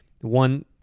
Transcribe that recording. One